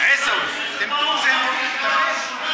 הסתה פרופר.